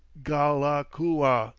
gh-al-a-kua!